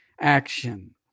action